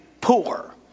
poor